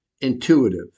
intuitive